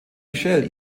michelle